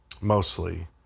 mostly